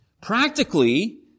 Practically